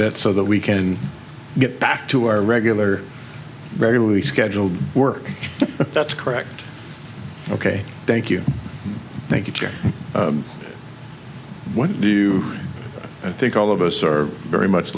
bit so that we can get back to our regular regularly scheduled work that's correct ok thank you thank you gerri what do you think all of us are very much